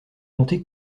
compter